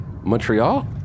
Montreal